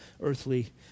earthly